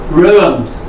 ruined